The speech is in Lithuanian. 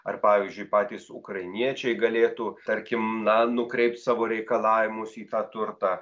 ar pavyzdžiui patys ukrainiečiai galėtų tarkim na nukreipt savo reikalavimus į tą turtą